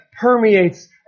permeates